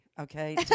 Okay